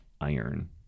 iron